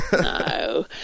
No